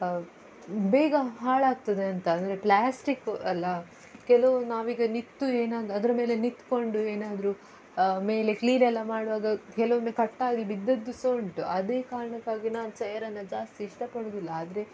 ಬೇಗ ಹಾಳಾಗ್ತದೆ ಅಂತ ಅಂದರೆ ಪ್ಲ್ಯಾಸ್ಟಿಕ್ ಅಲಾ ಕೆಲವು ನಾವೀಗ ನಿತ್ತು ಏನೋ ಒಂದು ಅದ್ರಮೇಲೆ ನಿಂತ್ಕೊಂಡು ಏನಾದರೂ ಮೇಲೆ ಕ್ಲೀನೆಲ್ಲ ಮಾಡುವಾಗ ಕೆಲವೊಮ್ಮೆ ಕಟ್ಟಾಗಿ ಬಿದ್ದದ್ದು ಸಹಾ ಉಂಟು ಅದೇ ಕಾರಣಕ್ಕಾಗಿ ನಾನು ಚೇಯರನ್ನು ಜಾಸ್ತಿ ಇಷ್ಟಪಡುವುದಿಲ್ಲ ಆದರೆ